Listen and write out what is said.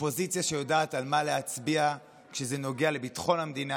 אופוזיציה שיודעת על מה להצביע כשזה נוגע לביטחון המדינה